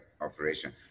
operation